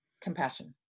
compassion